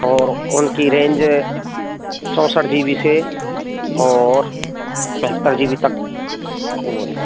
और उनकी रेंज चोसठ जीबी से और बहत्तर जीबी तक हुए हैं